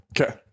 Okay